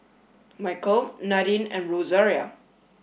Michaele Nadine and Rosaria